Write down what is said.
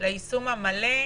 היישום המלא,